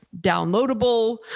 downloadable